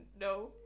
No